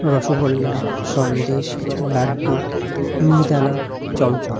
rasgulla sandesh laddu mihidana chamcham